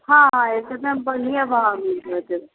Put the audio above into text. हँ एकदम बढ़िएँ भाव मिल जेतै